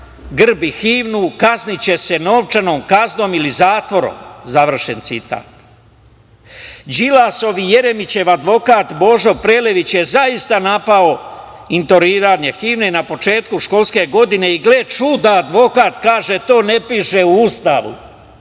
grb i himnu kazniće se novčanom kaznom ili zatvorom - završen citat. Đilasov i Jeremićev advokat Božo Prelević je zaista napao intoniranje himne na početku školske godine, i gle čuda, advokat kaže, to ne piše u Ustavu.